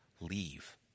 leave